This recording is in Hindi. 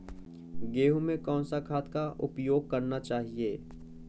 गेहूँ में कौन सा खाद का उपयोग करना चाहिए?